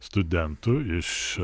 studentų iš